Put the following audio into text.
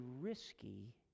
risky